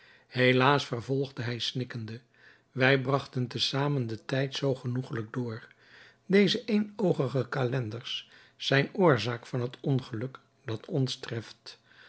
helaas vervolgde hij snikkende wij bragten te zamen den tijd zoo genoegelijk door deze éénoogige calenders zijn oorzaak van het ongeluk dat ons treft